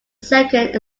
second